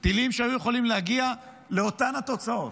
טילים שהיו יכולים להגיע לאותן התוצאות.